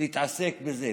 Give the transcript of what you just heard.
להתעסק בזה?